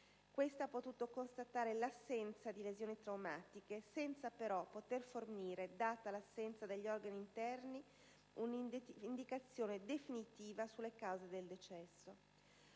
Questa ha potuto constatare l'assenza di lesioni traumatiche, senza però poter fornire, data l'assenza degli organi interni, un'indicazione definitiva sulle cause del decesso.